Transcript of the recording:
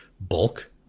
bulk